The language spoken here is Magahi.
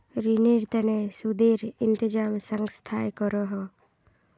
रिनेर तने सुदेर इंतज़ाम संस्थाए करोह